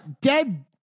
dead